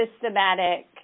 systematic